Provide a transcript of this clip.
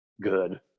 good